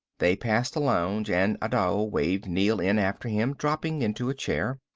they passed a lounge, and adao waved neel in after him, dropping into a chair.